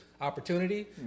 opportunity